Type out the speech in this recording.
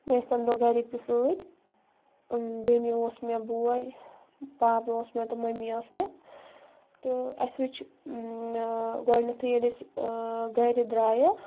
مےٚ ٲسۍ تمہِ دۄہ گرِکۍ تہِ سۭتۍ بیٚنہِ اوس مےٚ بوے پاپہٕ اوس مےٚ تہٕ ممی ٲسۍ مےٚ تہٕ اسہِ وٕچھۍ گۄڈٕنٮ۪تھٕے ییٚلہِ أسۍ گرِ درٛایہِ